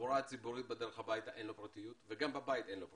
בתחבורה הציבורית בדרך הביתה אין לו פרטיות וגם בבית אין לו פרטיות.